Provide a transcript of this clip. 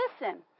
Listen